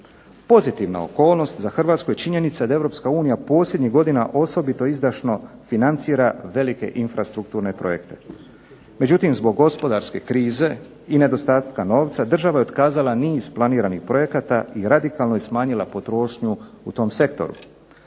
Pozitivna okolnost za Hrvatsku je činjenica da Europska unija posljednjih godina osobito izdašno financira velike infrastrukturne projekte, međutim, zbog gospodarske krize i nedostatka novca država je otkazala niz planiranih projekata i radikalno je smanjila potrošnju u tom sektoru.